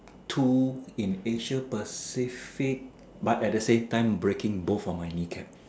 two in Asia pacific but at the same time breaking both of my kneecap